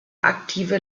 aktive